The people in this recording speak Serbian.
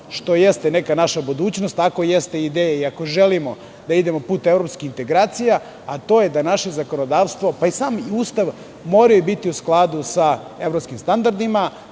što jeste neka naša budućnost. Ako jeste ideja, ako želimo da idemo putem evropskih integracija, a to je da naše zakonodavstvo, pa i sam Ustav moraju biti u skladu sa evropskim standardima,